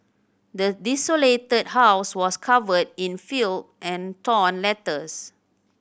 the desolated house was covered in filth and torn letters